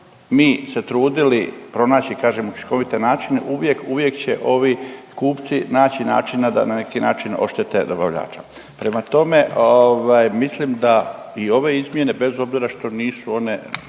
mi se trudili pronaći kažem učinkovite načine uvijek, uvijek će ovi kupci naći načina da na neki način oštete dobavljača. Prema tome, ovaj mislim da i ove izmjene bez obzira što nisu one